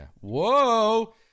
Whoa